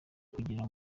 kugira